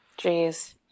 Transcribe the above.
Jeez